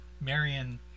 marion